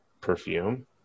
perfume